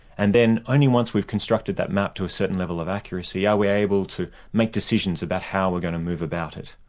and then only once we've constructed that map to a certain level of accuracy are we able to make decisions about how we're going to move about it.